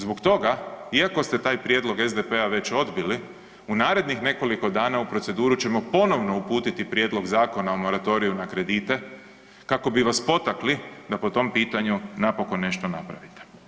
Zbog toga iako ste taj prijedlog SDP-a već odbili, u narednih nekoliko dana u proceduru ćemo ponovno uputiti prijedlog Zakona o moratoriju na kredite kako bi vas potakli da po tom pitanju napokon nešto napravite.